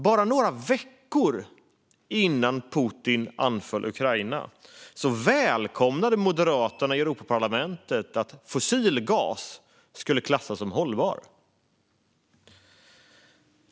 Bara några veckor innan Putin anföll Ukraina välkomnade Moderaterna i Europaparlamentet att fossil gas skulle klassas som hållbar.